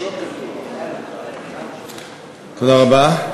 תודה רבה.